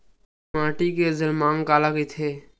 माटी के जलमांग काला कइथे?